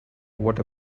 what